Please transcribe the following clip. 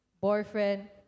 Boyfriend